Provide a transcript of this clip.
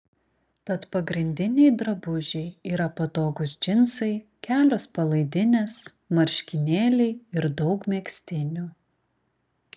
tad pagrindiniai drabužiai yra patogūs džinsai kelios palaidinės marškinėliai ir daug megztinių